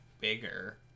bigger